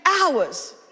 hours